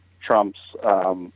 Trump's